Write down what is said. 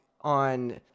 on